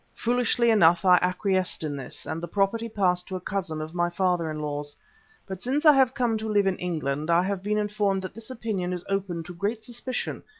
foolishly enough i acquiesced in this, and the property passed to a cousin of my father-in-law's but since i have come to live in england i have been informed that this opinion is open to great suspicion,